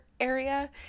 area